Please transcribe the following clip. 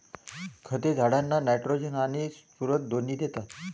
खते झाडांना नायट्रोजन आणि स्फुरद दोन्ही देतात